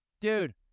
Dude